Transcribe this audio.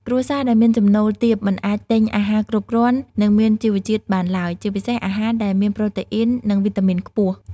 គ្រួសារដែលមានចំណូលទាបមិនអាចទិញអាហារគ្រប់គ្រាន់ និងមានជីវជាតិបានឡើយ ជាពិសេសអាហារដែលមានប្រូតេអ៊ីន និងវីតាមីនខ្ពស់។